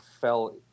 fell